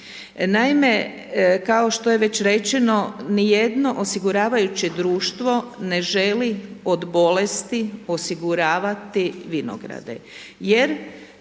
Naime, kao što je već rečeno, nijedno osiguravajuće društvo ne želi od bolesti osiguravati vinograde